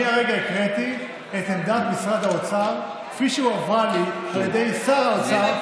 אני הרגע הקראתי את עמדת משרד האוצר כפי שהועברה לי על ידי שר האוצר,